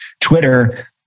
Twitter